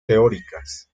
teóricas